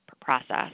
process